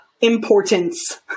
importance